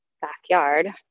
backyard